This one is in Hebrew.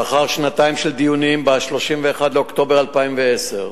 לאחר שנתיים של דיונים, ב-31 באוקטובר 2010,